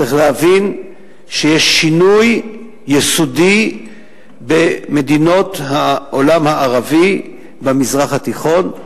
צריך להבין שיש שינוי יסודי במדינות העולם הערבי במזרח התיכון,